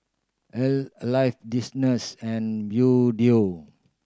Alive and Bluedio